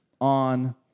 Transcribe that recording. on